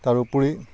তাৰোপৰি